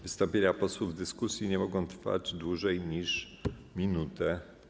Wystąpienia posłów w dyskusji nie mogą trwać dłużej niż 1 minutę.